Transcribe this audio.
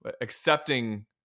accepting